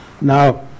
Now